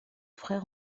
frère